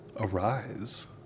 Arise